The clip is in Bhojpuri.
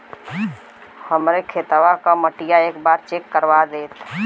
हमरे खेतवा क मटीया एक बार चेक करवा देत?